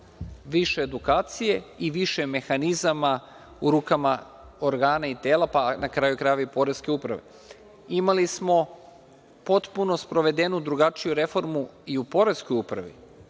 više edukacije i više mehanizama u rukama organa i tela, pa na kraju krajeva i poreske uprave. Imali smo potpuno sprovedenu drugačiju reformu i u Poreskoj upravi.